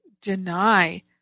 deny